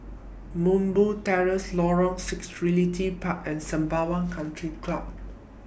Terrace Lorong six Realty Park and Sembawang Country Club